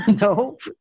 Nope